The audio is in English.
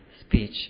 Speech